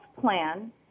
plan